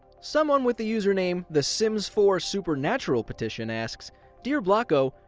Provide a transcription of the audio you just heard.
someone with the username the sims four supernatural petition asks dear blocko,